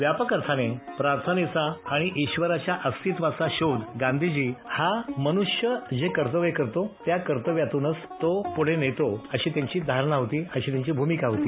व्यापक अर्थाने प्रार्थनेचा आणि ईश्वराच्या अस्तित्वाचा शोध गांधीजी हा मन्ष्य जे कर्तव्य करतो त्या कर्तव्यातूनच तो प्रढे नेतो अशी त्यांची धारणा होती अशी त्यांची भूमिका होती